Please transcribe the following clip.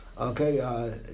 Okay